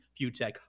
Futek